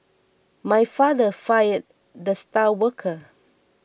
my father fired the star worker